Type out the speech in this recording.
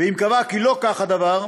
ואם קבע כי לא כך הדבר,